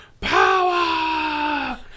Power